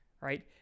right